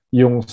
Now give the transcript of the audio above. yung